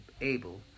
able